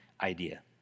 idea